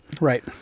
right